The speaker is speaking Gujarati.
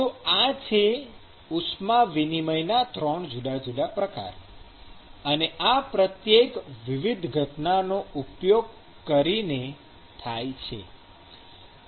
તો આ છે ઉષ્મા વિનિમયના 3 જુદા જુદા પ્રકાર અને આ પ્રત્યેક વિવિધ ઘટનાનો ઉપયોગ કરીને થાય છે